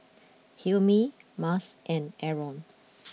Hilmi Mas and Aaron